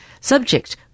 Subject